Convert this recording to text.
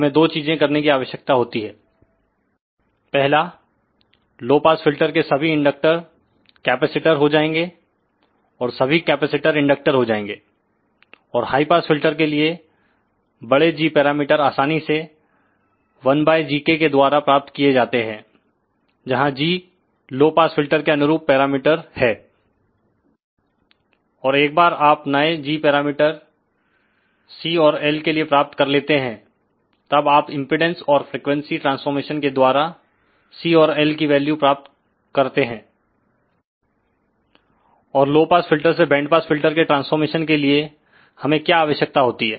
हमें दो चीजें करने की आवश्यकता होती है पहला लो पास फिल्टर के सभी इंडक्टर कैपेसिटर हो जाएंगे और सभी कैपेसिटर इंडक्टर हो जाएंगे और हाई पास फिल्टर के लिए बड़े G पैरामीटर आसानी से 1gk के द्वारा प्राप्त किए जाते हैं जहां g लो पास फिल्टर के अनुरूप पैरामीटर है और एक बार आप नए G पैरामीटर C और L के लिए प्राप्त कर लेते हैं तब आप इंपेडेंस और फ्रीक्वेंसी ट्रांसफॉरमेशन के द्वारा C और L की वैल्यू प्राप्त करते हैं और लो पास फिल्टर से बैंड पास फिल्टर के ट्रांसफॉरमेशन के लिए हमें क्या आवश्यकता होती है